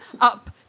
up